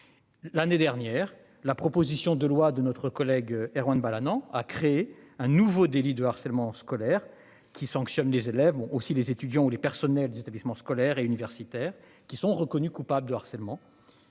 L'année dernière la proposition de loi de notre collègue Erwan Balanant a créé un nouveau délit de harcèlement scolaire qui sanctionne des élèves ont aussi les étudiants ou les personnels des établissements scolaires et universitaires qui sont reconnus coupables de harcèlement.